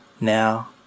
Now